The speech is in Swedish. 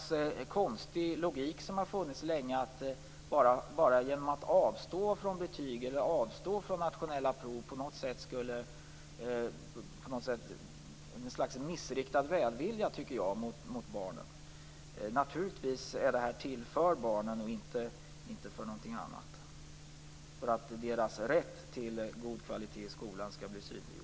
En konstig logik har lett till att man länge har avstått från betyg och nationella prov, i något slags missriktad välvilja mot barnen. Naturligtvis är sådana till för barnen, inte för någonting annat. Därigenom blir deras rätt till god kvalitet i skolan synliggjord.